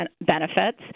benefits